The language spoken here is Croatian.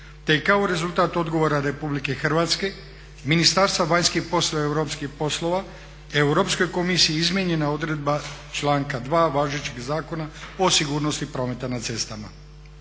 je kao rezultat odgovora RH, Ministarstva vanjskih poslova i europskih poslova Europskoj komisiji izmijenjena odredba članka 2.važećeg Zakona o sigurnosti prometa na cestama.